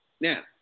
Now